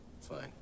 Fine